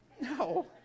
No